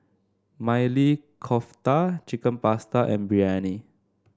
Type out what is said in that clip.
Maili Kofta Chicken Pasta and Biryani